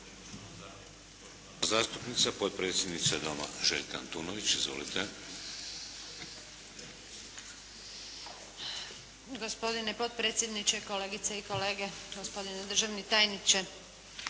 zastupnica potpredsjednica Doma Željka Antunović. Izvolite. **Antunović, Željka (SDP)** Gospodine potpredsjedniče, kolegice i kolege, gospodine državni tajniče.